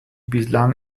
bislang